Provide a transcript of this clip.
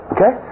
Okay